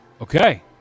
Okay